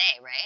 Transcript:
right